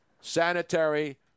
sanitary